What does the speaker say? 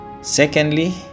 Secondly